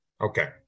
Okay